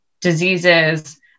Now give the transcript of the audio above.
diseases